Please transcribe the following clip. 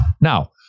Now